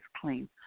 clean